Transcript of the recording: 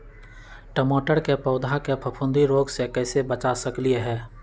टमाटर के पौधा के फफूंदी रोग से कैसे बचा सकलियै ह?